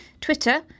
Twitter